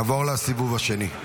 נעבור לסיבוב השני.